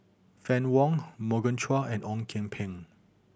Fann Wong Morgan Chua and Ong Kian Peng